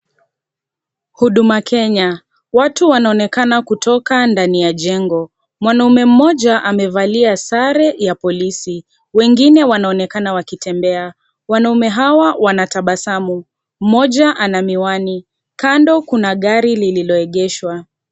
Huduma kenya, watu wanonekana kutoka ndani ya jengo. Mwanaume mmoja amevalia sare ya polisi wengine wanaonekana wakitembea. Wanaume hawa wanatabasamu mmoja ana miwani, kando kuna gari lililoegeshwa.